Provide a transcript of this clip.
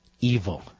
evil